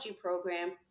program